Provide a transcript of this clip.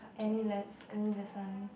any les~ any lesson